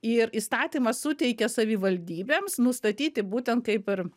ir įstatymas suteikia savivaldybėms nustatyti būtent kaip ir